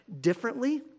differently